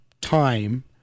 time